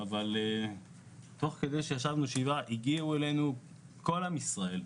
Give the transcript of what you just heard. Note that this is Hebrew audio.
תוך כדי שישבנו שבעה הגיעו אלינו רבים מעם ישראל,